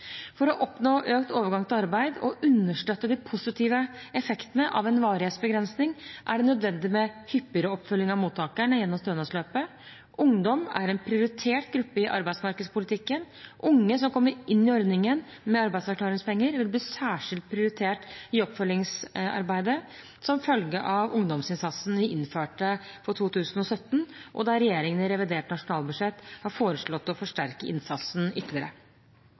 For å oppnå økt overgang til arbeid og understøtte de positive effektene av en varighetsbegrensning, er det nødvendig med hyppigere oppfølging av mottakerne gjennom stønadsløpet. Ungdom er en prioritert gruppe i arbeidsmarkedspolitikken. Unge som kommer inn i ordningen med arbeidsavklaringspenger, vil bli særskilt prioritert i oppfølgingsarbeidet som følge av ungdomsinnsatsen vi innførte fra 2017, og der regjeringen i revidert nasjonalbudsjett har foreslått å forsterke innsatsen ytterligere.